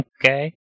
Okay